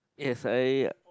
yes I